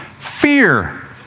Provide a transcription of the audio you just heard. Fear